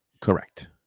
Correct